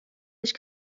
nicht